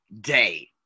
day